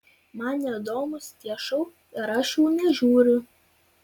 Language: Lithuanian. man neįdomūs tie šou ir aš jų nežiūriu